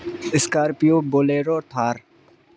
Scorpio Bolero Thar